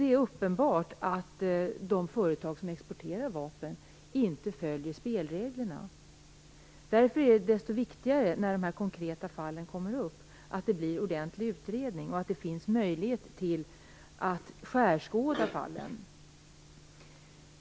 Det är uppenbart att de företag som exporterar vapen inte följer spelreglerna. Därför är det desto viktigare att det görs en ordentlig utredning när ett konkret fall kommer upp, så att det finns möjlighet att granska fallen.